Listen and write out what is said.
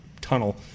tunnel